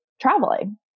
traveling